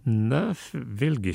na vėlgi